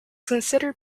considered